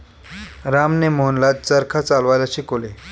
रामने मोहनला चरखा चालवायला शिकवले